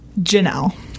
Janelle